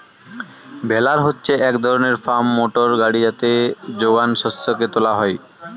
বেলার হচ্ছে এক ধরনের ফার্ম মোটর গাড়ি যাতে যোগান শস্যকে তোলা হয়